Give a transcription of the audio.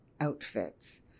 outfits